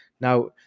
Now